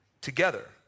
together